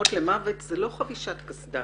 שגורמות למוות זה לא חבישת קסדה.